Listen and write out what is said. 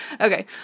Okay